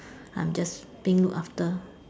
I'm just being looked after